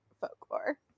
folklore